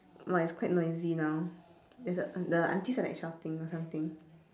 !wah! it's quite noisy now there's a the aunties are like shouting or something